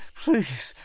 please